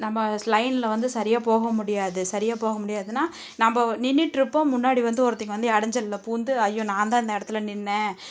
நம்ம லைனில் வந்து சரியாக போகமுடியாது சரியாக போக முடியாதுன்னால் நம்ம நின்றுக்கிட்ருப்போம் முன்னாடி வந்து ஒருத்தங்க வந்து இடஞ்சல்ல பூந்து ஐயோ நான்தான் இந்த இடத்துல நின்றேன்